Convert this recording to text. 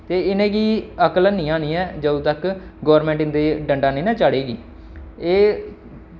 ते इ'नेंगी अकल हैनी आनी ऐ जदूं तक गौरमेंट इं'दे डंडा नेईं ना चाढ़े गी एह्